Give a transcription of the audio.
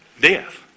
death